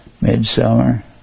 Midsummer